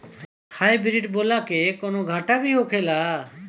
Hybrid बोला के कौनो घाटा भी होखेला?